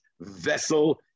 vessel